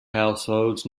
households